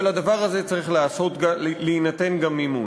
ולדבר הזה צריך להינתן גם מימון.